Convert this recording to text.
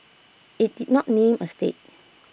IT did not name A state